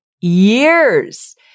years